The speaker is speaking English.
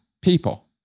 people